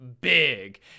big